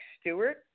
Stewart